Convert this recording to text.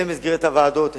הן במסגרת הוועדות,